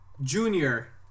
Junior